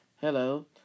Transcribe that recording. Hello